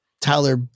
Tyler